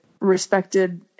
respected